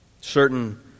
certain